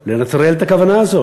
כדי לנטרל את הכוונה הזאת.